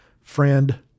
friend